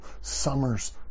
Summer's